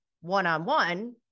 one-on-one